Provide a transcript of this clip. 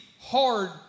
hard